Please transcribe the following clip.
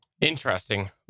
Interesting